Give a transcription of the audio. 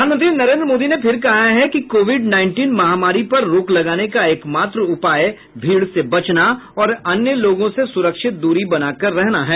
प्रधानमंत्री नरेन्द्र मोदी ने फिर कहा है कि कोविड नाईनटीन महामारी पर रोक लगाने का एकमात्र उपाय भीड़ से बचना और अन्य लोगों से सुरक्षित दूरी बनाकर रहना है